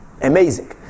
Amazing